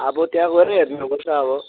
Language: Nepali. अब त्यहाँ गएरै हेर्नुपर्छ अब